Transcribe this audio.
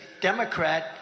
Democrat